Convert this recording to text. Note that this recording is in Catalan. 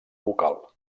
vocal